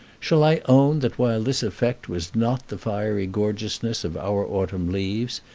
shall i own that while this effect was not the fiery gorgeousness of our autumn leaves,